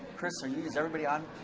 chris, are you, is everybody on?